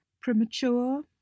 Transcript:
premature